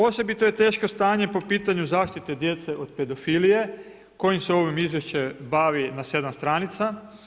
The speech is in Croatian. Osobito je teško stanje po pitanju zaštite djece od pedofilije kojim se ovim izvješće bavi na 7 stranica.